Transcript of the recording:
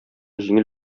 җиңел